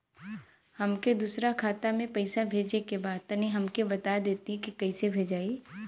हमके दूसरा खाता में पैसा भेजे के बा तनि हमके बता देती की कइसे भेजाई?